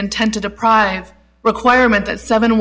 intent to deprive requirement that seven